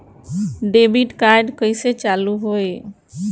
Debit card कइसे चालू होई?